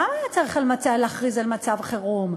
למה צריך להכריז על מצב חירום?